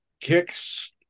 kicks